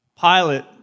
Pilate